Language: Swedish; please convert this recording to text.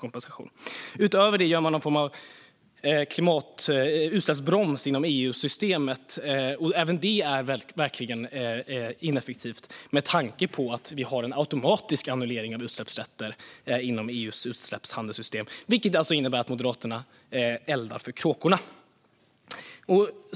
Utöver detta finns en utsläppsbroms inom EU-systemet, och även det är verkligen ineffektivt med tanke på att det finns en automatisk annullering av utsläppsrätter inom EU:s utsläppshandelssystem. Det innebär alltså att Moderaterna eldar för kråkorna.